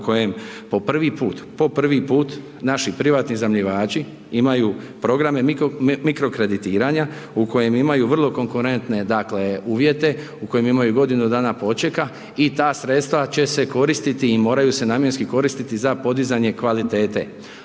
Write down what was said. u kojem po prvi put naši privatni iznajmljivači imaju programe mikro kreditiranja u kojem imaju vrlo konkurentne, dakle, uvjete, u kojem imaju godinu dana počeka i ta sredstva će se koristiti i moraju se namjenski koristiti za podizanje kvalitete,